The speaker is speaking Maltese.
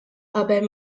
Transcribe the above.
qabel